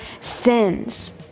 sins